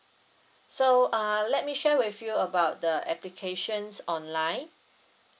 so uh let me share with you about the applications online